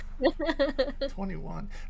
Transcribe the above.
21